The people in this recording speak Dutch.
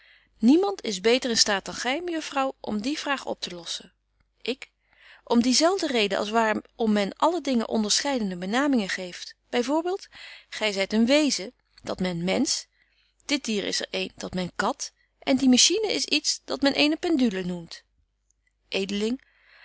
niemand is beter in staat dan gy mejuffrouw om die vraag optelossen ik om die zelfde reden als waar om men alle dingen onderscheidene benamingen geeft by voorbeeld gy zyt een wezen dat men mensch dit dier is er een dat men kat en die machine is iets dat men eene pendule noemt